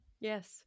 Yes